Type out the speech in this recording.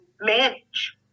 manage